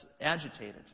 agitated